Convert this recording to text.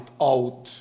out